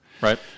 right